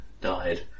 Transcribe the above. died